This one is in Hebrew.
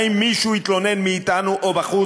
האם מישהו התלונן, מאתנו או בחוץ?